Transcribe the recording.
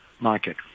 market